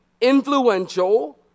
influential